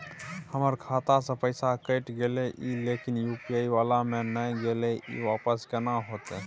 हमर खाता स पैसा कैट गेले इ लेकिन यु.पी.आई वाला म नय गेले इ वापस केना होतै?